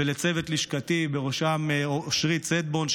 ולצוות לשכתי ובראשם אושרית סטבון,